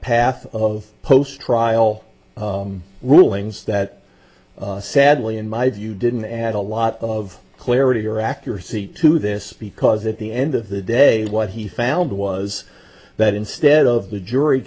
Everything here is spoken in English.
path of post trial rulings that sadly in my view didn't add a lot of clarity or accuracy to this because at the end of the day what he found was that instead of the jury